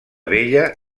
vella